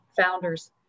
founders